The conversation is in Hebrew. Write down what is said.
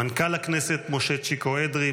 מנכ"ל הכנסת משה צ'יקו אדרי,